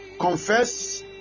confess